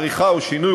עריכה או שינוי,